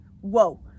whoa